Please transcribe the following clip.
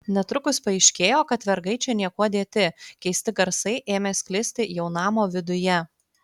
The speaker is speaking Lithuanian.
netrukus paaiškėjo kad vergai čia niekuo dėti keisti garsai ėmė sklisti jau namo viduje